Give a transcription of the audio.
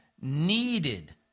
needed